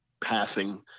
passing